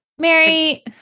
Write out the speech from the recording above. Mary